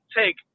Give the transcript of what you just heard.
take